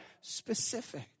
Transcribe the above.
specific